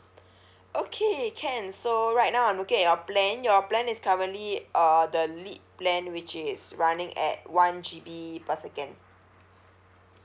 okay can so right now I'm looking at your plan your plan is currently uh the lite plan which is running at one G_B per second